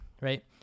right